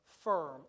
firm